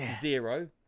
Zero